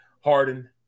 Harden –